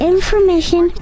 Information